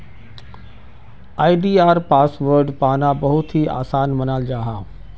आई.डी.आर password पाना बहुत ही आसान मानाल जाहा